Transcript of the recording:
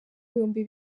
ibihumbi